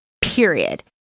period